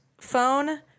phone